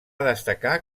destacar